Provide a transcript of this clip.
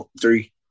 three